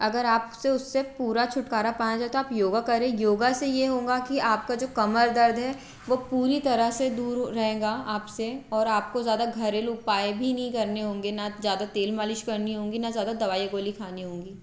अगर आप से उससे पूरा छुटकारा पाया जाता आप योग करें योग से ये होगा कि आपका जो कमर दर्द है वो पूरी तरह से दूर रहेगा आप से और आपको ज़्यादा घरेलू उपाय भी नहीं करने होंगे ना ज़्यादा तेल मालिश करनी होगी ना ज़्यादा दवाई गोली खानी होगी